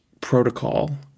protocol